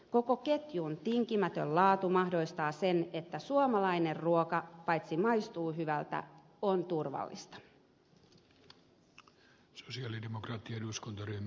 koko ketjun tinkimätön laatu mahdollistaa sen että suomalainen ruoka paitsi maistuu hyvältä on turvallista